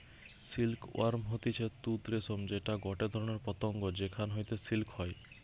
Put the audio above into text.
silk worm হতিছে তুত রেশম যেটা গটে ধরণের পতঙ্গ যেখান হইতে সিল্ক হয়